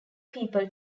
people